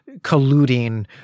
colluding